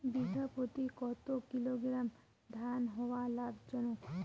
বিঘা প্রতি কতো কিলোগ্রাম ধান হওয়া লাভজনক?